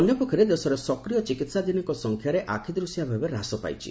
ଅନ୍ୟ ପକ୍ଷରେ ଦେଶରେ ସକ୍ରିୟ ଚିକିତ୍ସାଧୀନଙ୍କ ସଂଖ୍ୟାରେ ଆଖିଦୂଶିଆ ଭାବେ ହ୍ରାସ ପାଇଛି